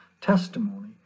Testimony